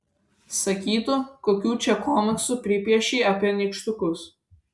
sakytų kokių čia komiksų pripiešei apie nykštukus